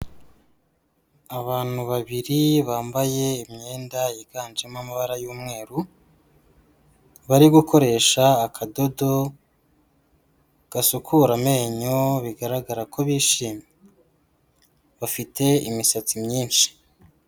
Abantu babiri bambaye imyenda yiganjemo amabara y'umweru, bari gukoresha akadodo gasukura amenyo, bigaragara ko bishimye, bafite imisatsi myinshi.